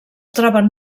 troben